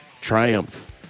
triumph